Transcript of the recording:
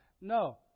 No